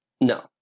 No